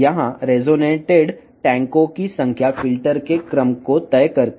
ఇక్కడ రెసొనెన్స్ ట్యాంకుల సంఖ్య ఫిల్టర్ యొక్క క్రమాన్ని నిర్ణయిస్తుంది